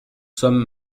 sommes